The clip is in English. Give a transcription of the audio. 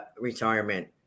retirement